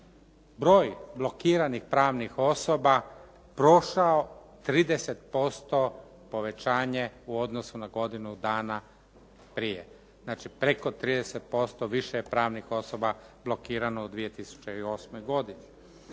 broj blokiranih pravnih osoba prošao 30% povećanje u odnosu na godinu dana prije. Znači, preko 30% je više pravnih osoba blokirano u 2008. godini.